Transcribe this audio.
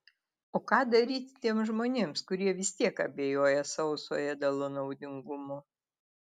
o ką daryti tiems žmonėms kurie vis tiek abejoja sauso ėdalo naudingumu